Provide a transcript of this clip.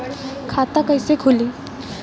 खाता कइसे खुली?